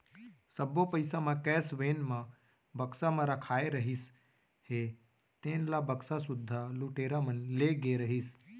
सब्बो पइसा म कैस वेन म बक्सा म रखाए रहिस हे तेन ल बक्सा सुद्धा लुटेरा मन ले गे रहिस